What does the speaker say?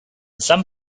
some